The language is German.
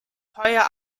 teuer